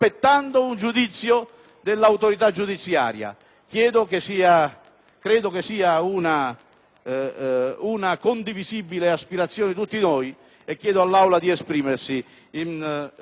Credo sia una condivisibile aspirazione di tutti noi e chiedo all'Aula di esprimersi favorevolmente sull'ordine del giorno G1 da noi presentato. *(Applausi